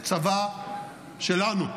זה צבא שלנו: